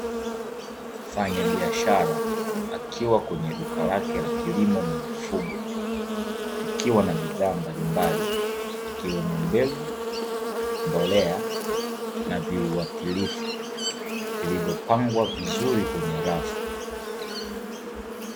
Mfanyabiashara akiwa kwenye duka lake la kilimo na mifugo likiwa na bidhaa mbalimbali ikiwemo mbegu, mbolea, na viuakilifu vilivyopangwa vizuri kwenye rafu.